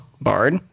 bard